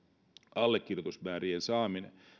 allekirjoitusmäärien saaminen onkin mutta en